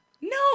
No